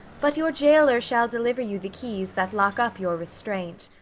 but your gaoler shall deliver you the keys that lock up your restraint.